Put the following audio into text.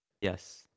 Yes